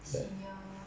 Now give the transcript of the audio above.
senior